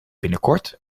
binnenkort